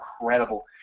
incredible